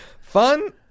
Fun